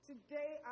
Today